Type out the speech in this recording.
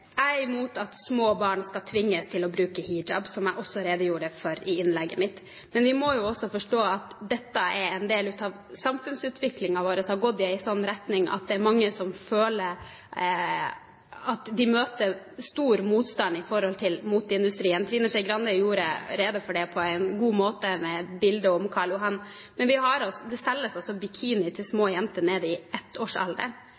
Jeg er imot at små barn skal tvinges til å bruke hijab, som jeg også redegjorde for i innlegget mitt. Men vi må også forstå at dette er en del av samfunnsutviklingen vår, som har gått i en sånn retning at det er mange som føler at de møter stor motstand i moteindustrien. Trine Skei Grande gjorde rede for det på en god måte med et bilde fra Karl Johan. Det selges altså bikinier til små jenter helt ned i 1-årsalderen. Jeg er mer opptatt av at vi